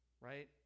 Right